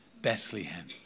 Bethlehem